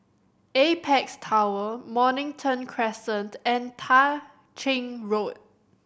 Apex Tower Mornington Crescent and Tah Ching Road